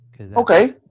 Okay